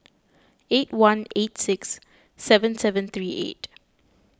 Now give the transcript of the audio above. eight one eight six seven seven three eight